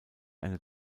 eine